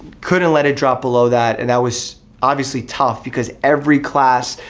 couldn't let it drop below that and that was obviously tough because every class,